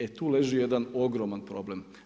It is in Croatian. E tu leži jedan ogroman problem.